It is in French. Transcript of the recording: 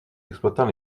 exploitant